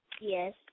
Yes